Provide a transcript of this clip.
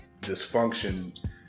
dysfunction